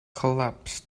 collapsed